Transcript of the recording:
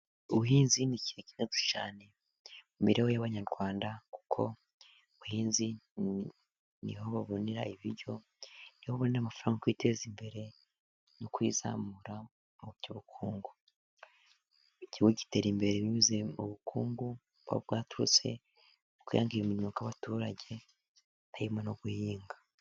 Ubuhinzi ni kigenzi cyane mu mibereho y'abanyarwanda, kuko ubuhinzi niho babonera ibiryo, niho babonera amafaranga yo kwiteza imbere no kwizamura mu by'ubukungu, igihugu gitera imbere binyuze mu bukungu bwaturutse ku kwihangira imirimo kw'abaturage harimo no guhinga.